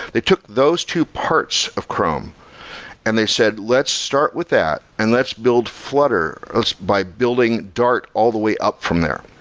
they took those two parts of chrome and they said, let's start with that and let's build flutter by building dart all the way up from there.